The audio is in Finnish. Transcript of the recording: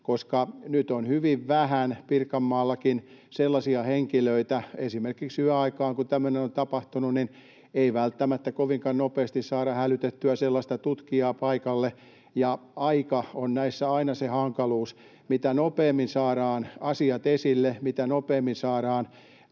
koska nyt on hyvin vähän Pirkanmaallakin sellaisia henkilöitä. Esimerkiksi yöaikaan, kun tämmöinen on tapahtunut, ei välttämättä kovinkaan nopeasti saada hälytettyä sellaista tutkijaa paikalle, ja aika on näissä aina se hankaluus. Mitä nopeammin saadaan asiat esille, mitä nopeammin saadaan